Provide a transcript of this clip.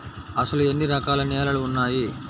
అసలు ఎన్ని రకాల నేలలు వున్నాయి?